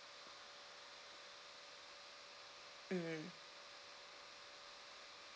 mm